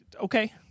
okay